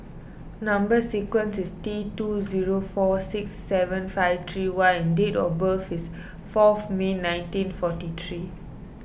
Number Sequence is T two zero four six seven five three Y and date of birth is four May nineteen forty three